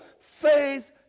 Faith